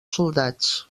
soldats